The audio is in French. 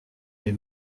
les